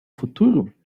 futuro